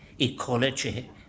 ecology